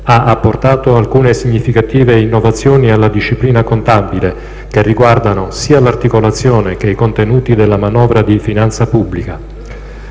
ha apportato alcune significative innovazioni alla disciplina contabile, che riguardano sia l'articolazione che i contenuti della manovra di finanza pubblica;